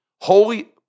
Holy